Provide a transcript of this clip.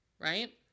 right